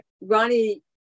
Ronnie